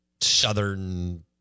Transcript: southern